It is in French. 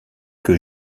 que